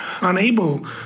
unable